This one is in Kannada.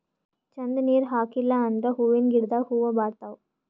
ಛಂದ್ ನೀರ್ ಹಾಕಿಲ್ ಅಂದ್ರ ಹೂವಿನ ಗಿಡದಾಗ್ ಹೂವ ಬಾಡ್ತಾವ್